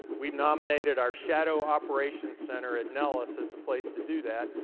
we nominated our shadow operations center at nellis as the place to do that.